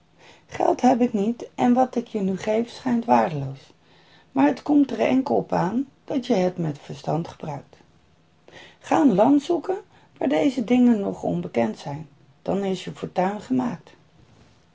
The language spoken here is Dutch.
geld heb ik niet en wat ik je nu geef schijnt waardeloos maar het komt er enkel op aan dat je het met verstand gebruikt ga een land zoeken waar deze dingen nog onbekend zijn dan is je fortuin gemaakt